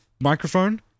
Microphone